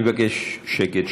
אני מבקש שקט,